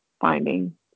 finding